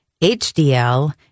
HDL